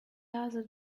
other